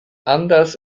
anders